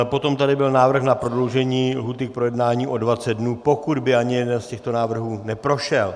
Potom tady byl návrh na prodloužení lhůty k projednání o 20 dnů, pokud by ani jeden z těchto návrhů neprošel.